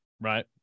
Right